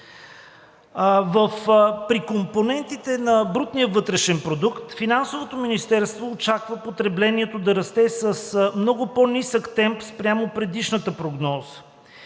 При компонентите на брутния вътрешен продукт Финансовото министерство очаква потреблението да расте с много по-нисък темп спрямо предишната прогноза,